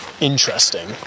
interesting